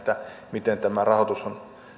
miten tämä rahoitus on